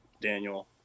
Daniel